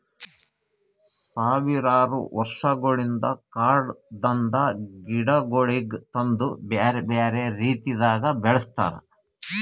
ಸಾವಿರಾರು ವರ್ಷಗೊಳಿಂದ್ ಕಾಡದಾಂದ್ ಗಿಡಗೊಳಿಗ್ ತಂದು ಬ್ಯಾರೆ ಬ್ಯಾರೆ ರೀತಿದಾಗ್ ಬೆಳಸ್ತಾರ್